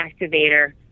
activator